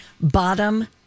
bottom